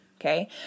Okay